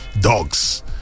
dogs